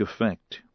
effect